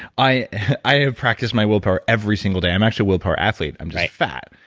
i have practiced my willpower every single day. i'm actually willpower athlete. i'm just fat.